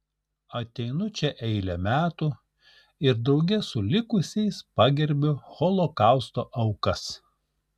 ateinu čia eilę metų ir drauge su likusiais pagerbiu holokausto aukas